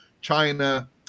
China